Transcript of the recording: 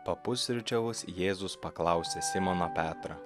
papusryčiavus jėzus paklausė simoną petrą